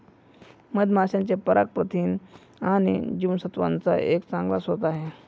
मधमाशांचे पराग प्रथिन आणि जीवनसत्त्वांचा एक चांगला स्रोत आहे